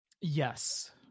yes